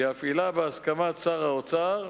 שיפעילה בהסכמת שר האוצר,